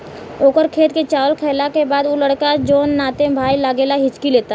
ओकर खेत के चावल खैला के बाद उ लड़का जोन नाते में भाई लागेला हिच्की लेता